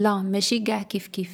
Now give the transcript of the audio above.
لا، ماشي قاع كيف كيف.